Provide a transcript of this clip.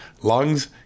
lungs